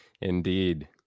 Indeed